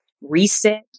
reset